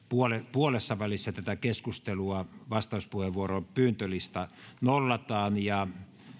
puolessavälissä tätä keskustelua vastauspuheenvuoropyyntölista nollataan ja jos